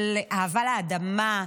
של אהבה לאדמה,